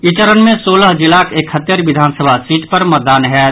ई चरण मे सोलह जिलाक एकहत्तरि विधानसभा सीट पर मतदान होयत